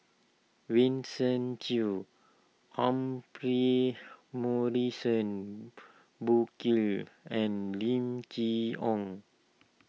Vincent Cheng Humphrey Morrison Burkill and Lim Chee Onn